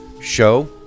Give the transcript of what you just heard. Show